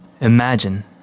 Imagine